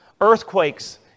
Earthquakes